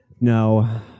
No